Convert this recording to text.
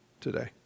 today